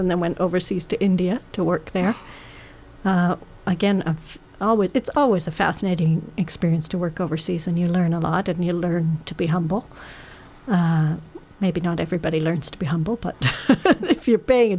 and then went overseas to india to work there again always it's always a fascinating experience to work overseas and you learn a lot and you learn to be humble maybe not everybody learns to be humble but if you're paying